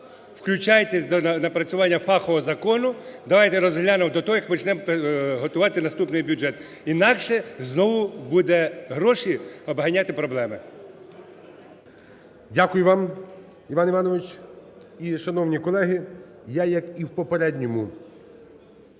включайтесь до напрацювання фахового закону, давайте розглянемо до того, як почнемо готувати наступний бюджет. Інакше знову будуть гроші обганяти проблеми. ГОЛОВУЮЧИЙ. Дякую вам, Іван Іванович. І, шановні колеги, я, як і в попередньому